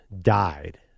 died